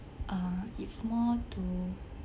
um it's more to